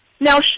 Now